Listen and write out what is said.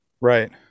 Right